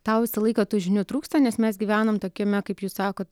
tau visą laiką tų žinių trūksta nes mes gyvenam tokiame kaip jūs sakot